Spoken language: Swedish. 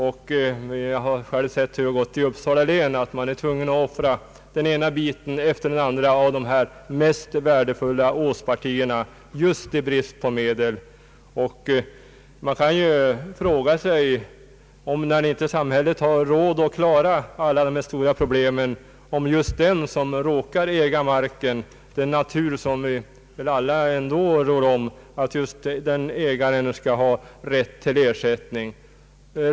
Jag har själv sett hur det gått i Uppsala län där man varit tvungen att offra den ena biten efter den andra av de mest värdefulla åspartierna just på grund av bristande tillgång på medel. Man kan ju fråga sig om samhället, när det nu inte har råd att klara upp dessa problem, verkligen alltid skall behöva räkna med att betala ersättning till den som just råkar äga marken — den natur som vi väl alla rår om.